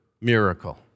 miracle